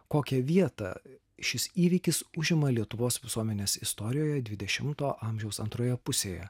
kokią vietą šis įvykis užima lietuvos visuomenės istorijoje dvidešimto amžiaus antroje pusėje